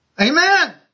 Amen